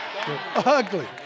ugly